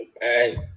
Hey